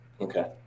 okay